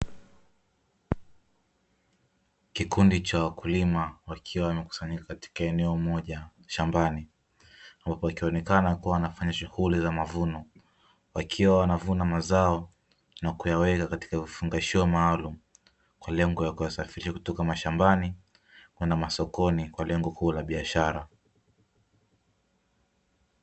Kikundi cha wakulima wakiwa wamekusanyika katika eneo moja shambani wakionekana wakiwa wanafanya shughuli za mavuno, wakiwa wanavuna mazao na kuyaweka katika vifungashio maalumu kwa lengo la kuyasafirisha kutoka mashambani kwenda masokoni kwa lengo kuu la biashara.